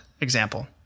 example